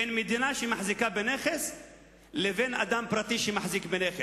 בין מדינה שמחזיקה בנכס לבין אדם פרטי שמחזיק בנכס.